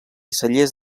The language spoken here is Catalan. cellers